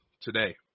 today